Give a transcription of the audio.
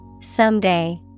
Someday